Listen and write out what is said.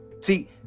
See